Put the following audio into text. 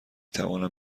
توانم